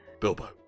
Bilbo